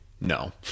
no